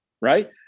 right